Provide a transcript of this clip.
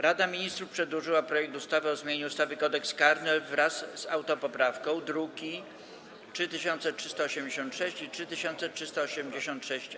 Rada Ministrów przedłożyła projekt ustawy o zmianie ustawy Kodeks karny wraz z autopoprawką, druki nr 3386 i 3386-A.